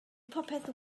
popeth